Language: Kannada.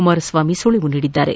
ಕುಮಾರಸ್ವಾಮಿ ಸುಳಿವು ನೀಡಿದ್ದಾರೆ